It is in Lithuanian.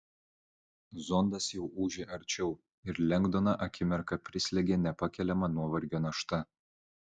zondas jau ūžė arčiau ir lengdoną akimirką prislėgė nepakeliama nuovargio našta